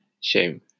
shame